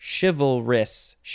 chivalrous